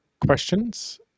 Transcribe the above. questions